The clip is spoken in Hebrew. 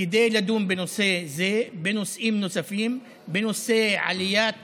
כדי לדון בנושא זה, בנושאים נוספים, בנושא עליית